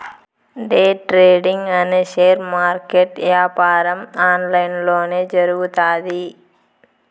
day trading అనే share market యాపారం online లొనే జరుగుతాది